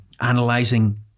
analyzing